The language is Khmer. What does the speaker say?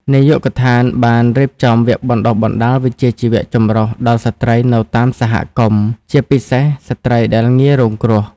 នាយកដ្ឋានបាន រៀបចំវគ្គបណ្តុះបណ្តាលវិជ្ជាជីវៈចម្រុះដល់ស្ត្រីនៅតាមសហគមន៍ ជាពិសេសស្ត្រីដែលងាយរងគ្រោះ។